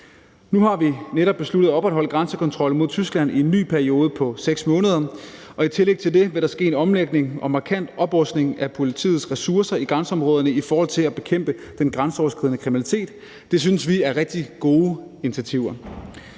Nu har vi netop besluttet at opretholde grænsekontrollen mod Tyskland i en ny periode på 6 måneder, og i tillæg til det vil der ske en omlægning og en markant oprustning af politiets ressourcer i grænseområderne i forhold til at bekæmpe den grænseoverskridende kriminalitet. Det synes vi er rigtig gode initiativer.